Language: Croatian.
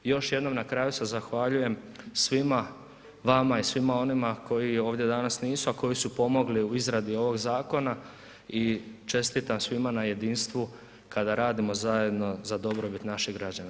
Još jednom na kraju se zahvaljujem svima vama i svima onima koji ovdje danas nisu, a koji su pomogli u izradi ovog zakona i čestitam svima na jedinstvu kada radimo zajedno za dobrobit naših građana.